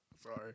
Sorry